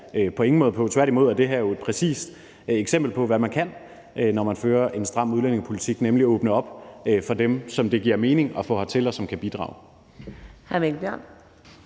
på ingen måde på. Tværtimod er det her et præcist eksempel på, hvad man kan, når man fører en stram udlændingepolitik, nemlig at åbne op for dem, som det giver mening at få hertil, og som kan bidrage.